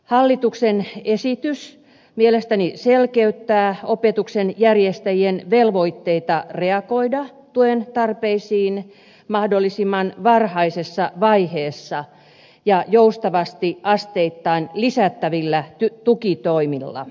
hallituksen esitys mielestäni selkeyttää opetuksen järjestäjien velvoitteita reagoida tuen tarpeisiin mahdollisimman varhaisessa vaiheessa ja joustavasti asteittain lisättävillä tukitoimilla